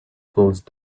closed